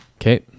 Okay